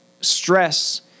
stress